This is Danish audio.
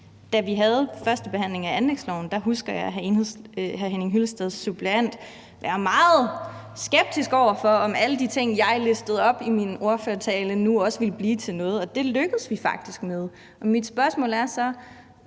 Da vi havde førstebehandlingen af anlægsloven, husker jeg hr. Henning Hyllesteds suppleant være meget skeptisk over for, om alle de ting, jeg listede op i min ordførertale, nu også ville blive til noget, og det lykkedes vi faktisk med. Mit spørgsmål er så: